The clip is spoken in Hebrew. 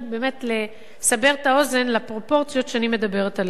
באמת לסבר את האוזן לפרופורציות שאני מדברת עליהן.